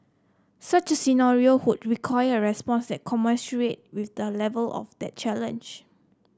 such a scenario would require a response that commensurate with the level of that challenge